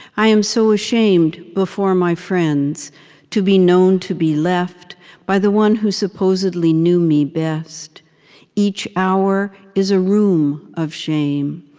i am so ashamed before my friends to be known to be left by the one who supposedly knew me best each hour is a room of shame,